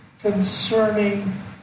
concerning